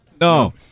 No